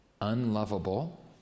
unlovable